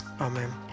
Amen